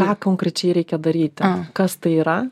ką konkrečiai reikia daryti kas tai yra